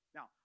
Now